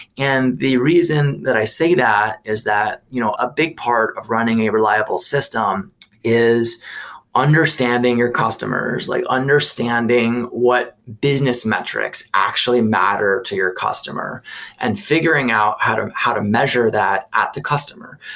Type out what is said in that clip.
and the reason that i say that is that you know a big part of running a reliable system is understanding your customers, like understanding what business metrics actually matter to your customer and figuring out how to how to measure that at the customer.